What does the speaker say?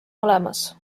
olemas